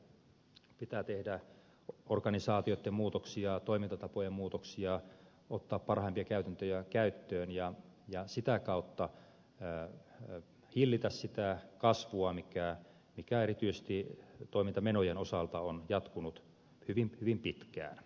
pitää tehdä organisaatioitten muutoksia toimintatapojen muutoksia ottaa parhaimpia käytäntöjä käyttöön ja sitä kautta hillitä sitä kasvua mikä erityisesti toimintamenojen osalta on jatkunut hyvin pitkään